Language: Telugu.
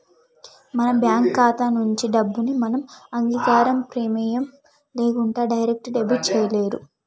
మన బ్యేంకు ఖాతా నుంచి డబ్బుని మన అంగీకారం, ప్రెమేయం లేకుండా డైరెక్ట్ డెబిట్ చేయలేరు